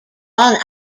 all